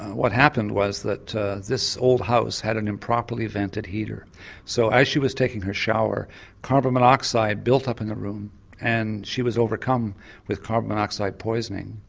what happened was that this old house had an improperly vented heater so as she was taking her shower carbon monoxide built up in the room and she was overcome with carbon monoxide poisoning.